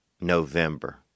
November